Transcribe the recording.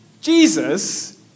Jesus